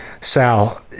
Sal